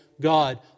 God